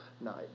night